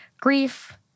grief